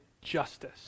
justice